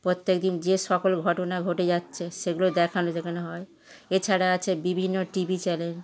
প্রত্যেকদিন যে সকল ঘটনা ঘটে যাচ্ছে সেগুলো দেখানো যেখানে হয় এছাড়া আছে বিভিন্ন টি ভি চ্যানেল